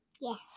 yes